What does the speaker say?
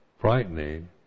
frightening